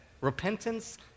Repentance